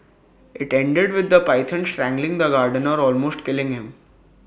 IT ended with the python strangling the gardener almost killing him